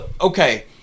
Okay